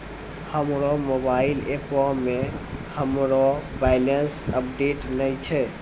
हमरो मोबाइल एपो मे हमरो बैलेंस अपडेट नै छै